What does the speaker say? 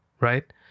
right